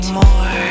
more